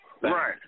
Right